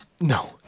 No